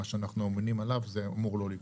שאנחנו אמונים עליו זה אמור לא לקרות.